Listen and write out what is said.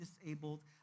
disabled